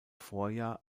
vorjahr